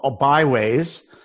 byways